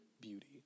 beauty